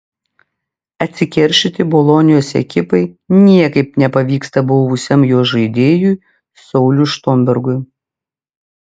atsikeršyti bolonijos ekipai niekaip nepavyksta buvusiam jos žaidėjui sauliui štombergui